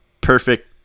perfect